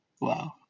Wow